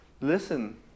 listen